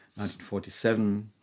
1947